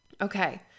Okay